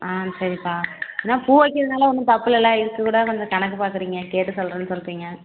ஆ சரிப்பா ஏன்னா பூ வைக்கிறதுனால ஒன்றும் தப்பில்லைல்ல இதுக்கு கூட கொஞ்சம் கணக்கு பார்க்குறீங்க கேட்டு சொல்கிறேன்னு சொல்கிறீங்க